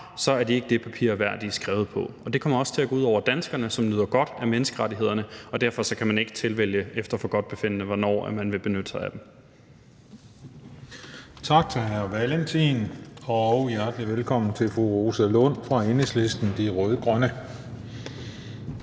så er de ikke det papir værd, de er skrevet på, og det kommer også til at gå ud over danskerne, som nyder godt af menneskerettighederne. Derfor kan man ikke tilvælge efter forgodtbefindende, hvornår man vil benytte sig af dem. Kl. 14:53 Den fg. formand (Christian Juhl): Tak til hr. Carl Valentin, og hjertelig velkommen til fru Rosa Lund fra Enhedslisten, de rød-grønne.